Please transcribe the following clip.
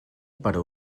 per